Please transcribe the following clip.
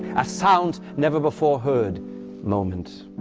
a sound never before heard moment.